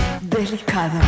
delicado